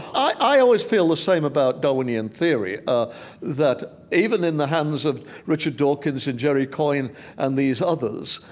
i always feel the same about darwinian theory ah that even in the hands of richard dawkins and jerry coyne and these others,